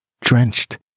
drenched